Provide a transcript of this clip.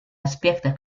аспектах